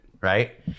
Right